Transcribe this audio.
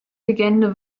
legende